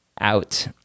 out